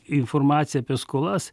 informacija apie skolas